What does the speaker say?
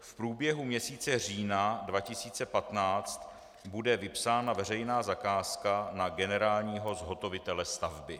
V průběhu měsíce října 2015 bude vypsána veřejná zakázka na generálního zhotovitele stavby.